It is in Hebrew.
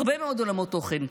הרבה מאוד עולמות תוכן: